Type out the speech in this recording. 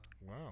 Wow